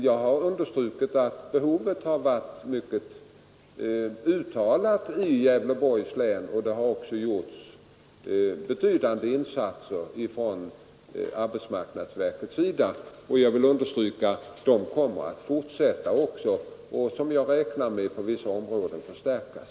Jag har understrukit att behovet har varit mycket uttalat i Gävleborgs län, och det har också gjorts betydande insatser av arbetsmarknadsverket. De insatserna kommer att fortsätta och, räknar jag med, på vissa områden förstärkas.